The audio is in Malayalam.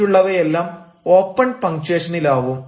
മറ്റുള്ളവയെല്ലാം ഓപ്പൺ പങ്ച്ചുവേഷനിലാവും